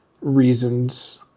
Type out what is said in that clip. Reasons